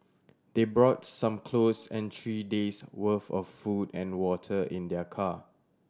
they brought some clothes and three days' worth of food and water in their car